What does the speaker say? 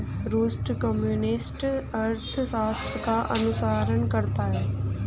रूस कम्युनिस्ट अर्थशास्त्र का अनुसरण करता है